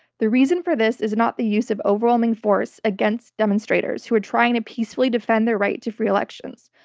the reason for this is not the use of overwhelming force against demonstrators who were trying to peacefully defend their right to free elections.